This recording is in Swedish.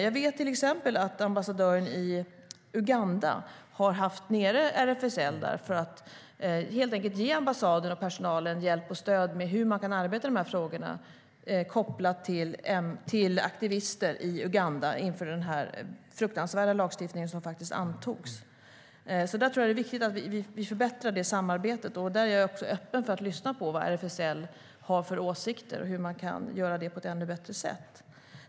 Jag vet till exempel att ambassadören i Uganda har haft nere RFSL för att helt enkelt ge ambassaden och personalen hjälp och stöd med hur man kan arbeta i dessa frågor kopplat till aktivister i Uganda inför den fruktansvärda lagstiftning som antogs. Jag tror att det är viktigt att vi förbättrar det samarbetet. Jag är också öppen för att lyssna på vad RSFL har för åsikter och hur man kan göra detta på ett ännu bättre sätt.